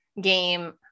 game